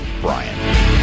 Brian